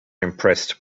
impressed